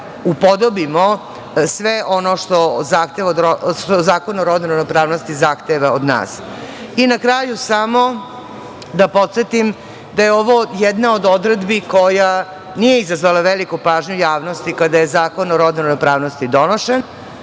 upodobimo sve ono što Zakon o rodnoj ravnopravnosti zahteva od nas. Na kraju da podsetim da je ovo jedna od odredbi koja nije izazvala veliku pažnju javnosti kada je Zakon o rodnoj ravnopravnosti donošen,